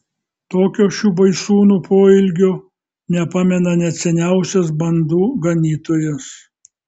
tokio šių baisūnų poelgio nepamena net seniausias bandų ganytojas